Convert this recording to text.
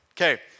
Okay